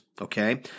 Okay